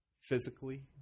physically